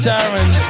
Darren